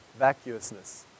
Vacuousness